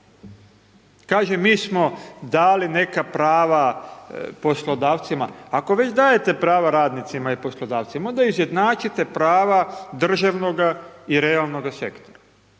Kaže mi smo dali neka prava poslodavcima, ako već dajete prava radnicima i poslodavcima, onda izjednačite prava državnog i realnoga sektora.